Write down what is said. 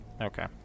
Okay